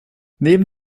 neben